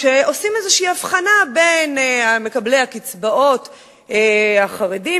כשעושים איזו הבחנה בין מקבלי הקצבאות החרדים,